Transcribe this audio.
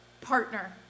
Partner